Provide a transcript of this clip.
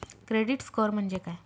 Credit score म्हणजे काय?